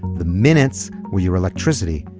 the minutes were your electricity,